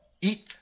Eat